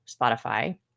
Spotify